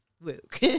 Luke